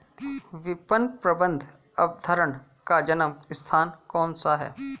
विपणन प्रबंध अवधारणा का जन्म स्थान कौन सा है?